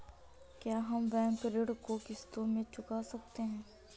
क्या हम बैंक ऋण को किश्तों में चुका सकते हैं?